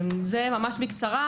זה ממש בקצרה.